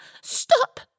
Stop